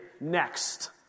next